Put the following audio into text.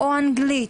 או אנגלית,